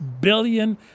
billion